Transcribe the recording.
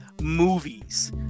movies